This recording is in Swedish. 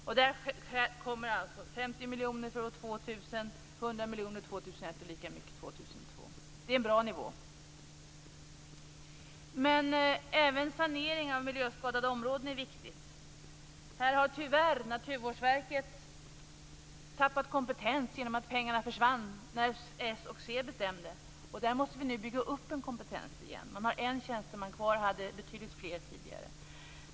Det kommer alltså 50 miljoner för år 2000, 100 miljoner för 2001 och lika mycket för 2002. Det är en bra nivå. Men även sanering av miljöskadade områden är viktigt. Tyvärr har Naturvårdsverket tappat kompetens genom att pengarna försvann när s och c bestämde. Vi måste nu bygga upp en kompetens igen. Man har en tjänsteman kvar. Man hade betydligt fler tidigare.